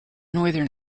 northern